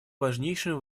важнейшим